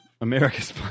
America's